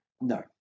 No